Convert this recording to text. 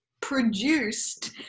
produced